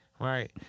Right